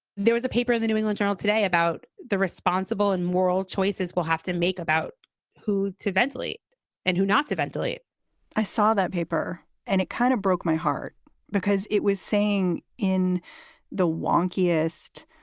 there was a paper, the new england journal today about the responsible and moral choices we'll have to make about who to ventilate and who not to ventilate i saw that paper and it kind of broke my heart because it was saying in the wonkiest,